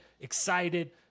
excited